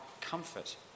comfort